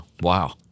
Wow